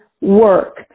work